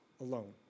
alone